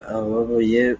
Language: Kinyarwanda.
ababaye